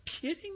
kidding